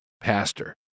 pastor